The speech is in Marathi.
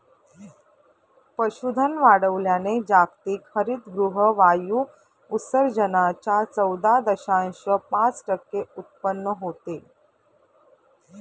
पशुधन वाढवल्याने जागतिक हरितगृह वायू उत्सर्जनाच्या चौदा दशांश पाच टक्के उत्पन्न होते